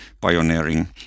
pioneering